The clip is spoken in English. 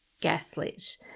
gaslit